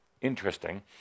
interesting